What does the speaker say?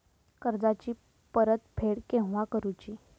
कर्जाची परत फेड केव्हा करुची?